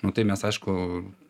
nu tai mes aišku